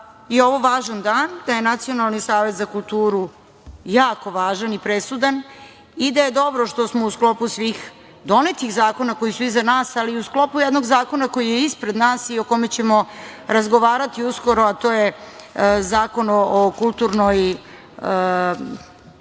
je ovo važan dan, da je Nacionalni savet za kulturu jako važan i presudan i da je dobro što smo u sklopu svih donetih zakona koji su iza nas, ali i u sklopu jednog zakona koji je ispred nas i o kome ćemo razgovarati uskoro, a to je Zakon o kulturnoj